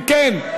אם כן,